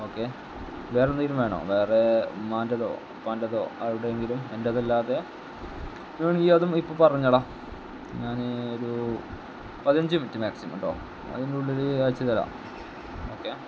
okay വേറെന്തെങ്കിലും വേണോ വേറേ ഉമ്മാൻ്റേതോ ഉപ്പാൻ്റേതോ ആരുടെയെങ്കിലും എൻ്റേതല്ലാതെ അങ്ങനെയാണെങ്കിൽ അതും ഇപ്പോൾ പറഞ്ഞെടാ ഞാൻ ഒരു പതിനഞ്ച് മിനിറ്റ് മാക്സിമം കേട്ടോ അതിൻ്റുള്ളിൽ അയച്ചു തരാം ഓക്കെ